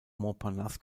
montparnasse